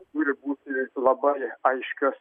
turi būti labai aiškios